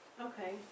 Okay